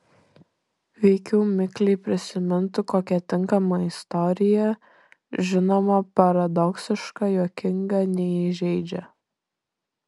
veikiau mikliai prisimintų kokią tinkamą istoriją žinoma paradoksišką juokingą neįžeidžią